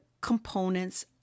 components